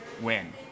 win